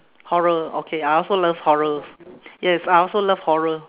horror okay I also love horrors yes I also love horror